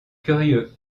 curieux